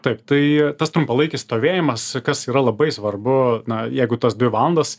taip tai tas trumpalaikis stovėjimas kas yra labai svarbu na jeigu tos dvi valandos